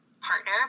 partner